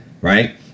right